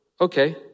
okay